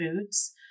foods